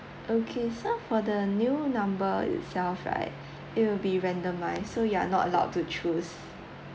okay so for the new number itself right it will be random lah so you are not allowed to choose